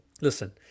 listen